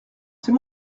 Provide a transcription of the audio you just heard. c’est